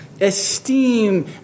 esteem